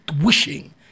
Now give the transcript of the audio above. wishing